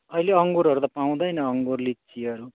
अहिले अङ्गुरहरू त पाउँदैन अङ्गुर लिचीहरू